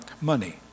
money